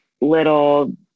little